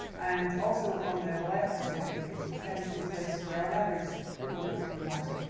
and also, on the the left-hand side of the page, tends to be the place where, on average, people look the most.